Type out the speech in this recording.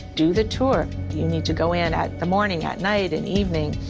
do the tour. you need to go in at the morning, at night and evening.